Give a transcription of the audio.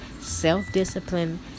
self-discipline